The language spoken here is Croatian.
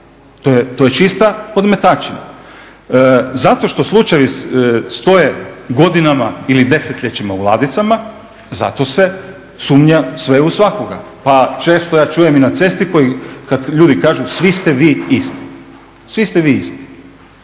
to je čista podmetačina. Zato što slučajevi stoje godinama ili desetljećima u ladicama, zato se sumnja sve u svakoga. Pa često ja čujem i na cesti kad ljudi kažu svi ste vi isti, svi ste vi isti.